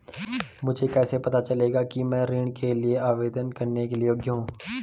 मुझे कैसे पता चलेगा कि मैं ऋण के लिए आवेदन करने के योग्य हूँ?